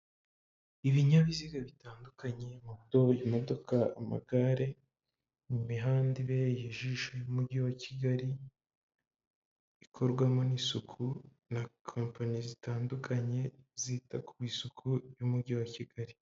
Ibinyabiziga bitandukanye, muto, imodoka, amagare mu mihanda ibereye ijisho y'umujyi wa kigali ikorwamo n'isuku na kompanyi zitandukanye zita ku isuku y'umujyi wa kigali.